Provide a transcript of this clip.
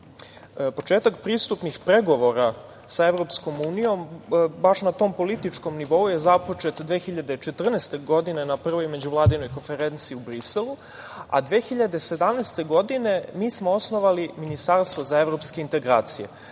pristupnih pregovora sa EU, baš na tom političkom nivou, je započet 2014. godine na prvoj međuvladinoj konferenciji u Briselu, a 2017. godine mi smo osnovali Ministarstvo za evropske integracije